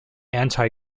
anti